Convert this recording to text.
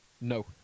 No